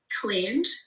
cleaned